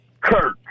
Kirk